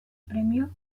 premios